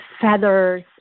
feathers